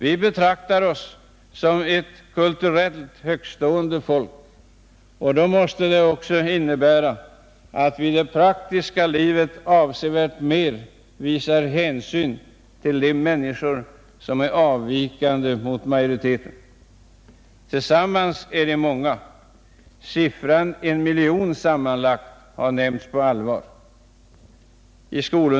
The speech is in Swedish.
Vi betraktar oss som ett kulturellt högtstående folk, och det måste även innebära att vi i det praktiska livet visar avsevärt mera hänsyn mot de medmänniskor som är avvikande i förhållande till majoriteten. Tillsammans är de många — siffran en miljon har nämnts på allvar.